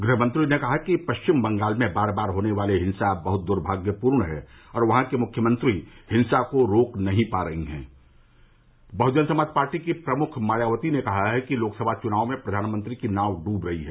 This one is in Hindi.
गृहमंत्री ने कहा कि पश्चिम बंगाल में बार बार होने वाली हिंसा बहुत दुर्भाग्यपूर्ण है और वहां की मुख्यमंत्री हिंसा को रोक नहीं पा रही हैं बह्जन समाज पार्टी की प्रमुख मायावती ने कहा है कि लोकसभा चुनाव में प्रधानमंत्री की नाव डूब रही है